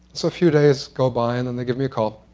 so, a few days go by, and then they give me a call.